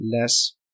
less